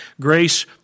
Grace